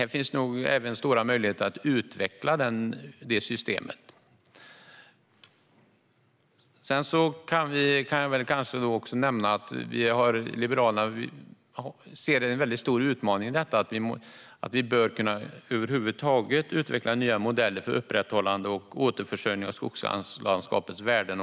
Det finns nog även stora möjligheter att utveckla detta system. Liberalerna ser en stor utmaning i att utveckla nya modeller för upprätthållande och återförsörjning av skogslandskapets värden.